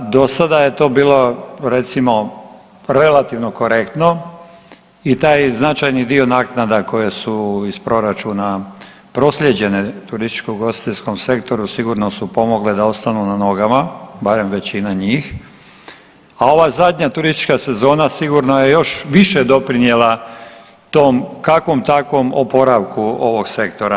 Do sada je to bilo recimo relativno korektno i taj značajni dio naknada koje su iz proračuna proslijeđene turističko ugostiteljskom sektoru sigurno su pomogle da ostanu na nogama, barem većina njih, a ova zadnja turistička sezona sigurno je još više doprinjela tom kakvom takvom oporavku ovog sektora.